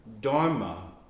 Dharma